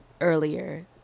earlier